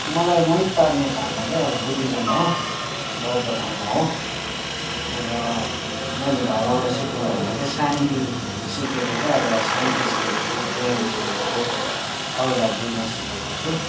मलाई मोहित पार्ने धर्म चाहिँ अब बुद्धिजम हो बौद्ध धर्म हो र मैले धर्मबाट सिक्नु भनेको चाहिँ शान्ति सिकेको चाहिँ अब शान्ति सिकेको छु प्रेम सिकेको छु अरूलाई बुझ्न सिकेको छु